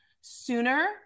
sooner